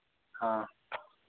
हाँ